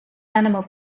animal